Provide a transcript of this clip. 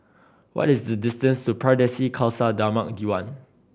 what is the distance to Pardesi Khalsa Dharmak Diwan